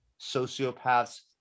sociopaths